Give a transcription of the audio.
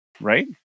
Right